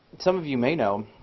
some of you may know